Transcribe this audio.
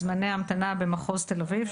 זמני ההמתנה במחוז תל אביב,